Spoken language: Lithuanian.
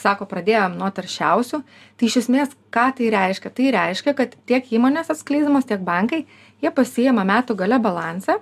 sako pradėjom nuo taršiausių tai iš esmės ką tai reiškia tai reiškia kad tiek įmonės atskleisdamos tiek bankai jie pasiima metų gale balansą